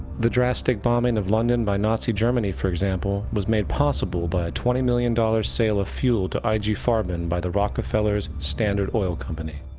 the drastic bombing of london by nazi germany for example was made possible by a twenty million dollar sale of fuel to i g. farben by the rockefeller's standard oil company.